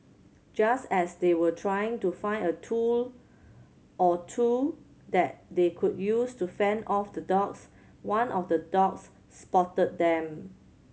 just as they were trying to find a tool or two that they could use to fend off the dogs one of the dogs spotted them